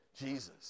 Jesus